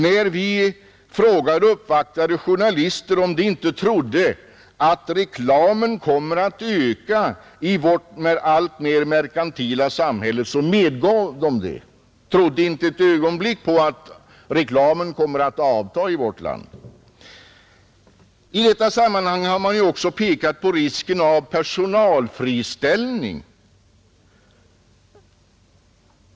När vi frågade uppvaktande journalister om de inte trodde att reklamen kommer att öka i vårt alltmer merkantila samhälle, så medgav de det. De trodde inte ett ögonblick på att reklamen kommer att avta i vårt land. I detta sammanhang har man ju också pekat på risken av personalfriställningar.